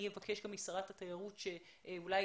אני אבקש משרת התיירות שאולי